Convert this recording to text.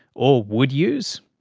or would use?